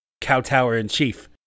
Cowtower-in-Chief